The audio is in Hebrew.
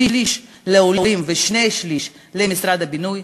שליש לעולים ושני-שלישים למשרד הבינוי.